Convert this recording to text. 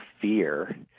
fear